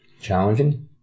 Challenging